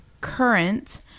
current